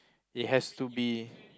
it has to be